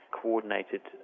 coordinated